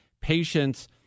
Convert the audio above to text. patients